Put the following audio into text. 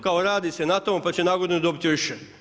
Kao radi se na tome pa će na godinu dobiti više.